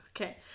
Okay